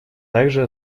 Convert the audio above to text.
также